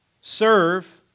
Serve